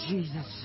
Jesus